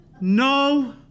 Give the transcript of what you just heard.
no